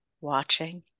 watching